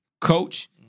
Coach